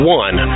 one